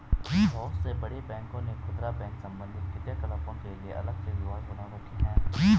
बहुत से बड़े बैंकों ने खुदरा बैंक संबंधी क्रियाकलापों के लिए अलग से विभाग बना रखे हैं